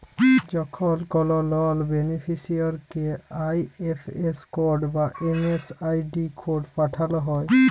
যখন কল লন বেনিফিসিরইকে আই.এফ.এস কড বা এম.এম.আই.ডি কড পাঠাল হ্যয়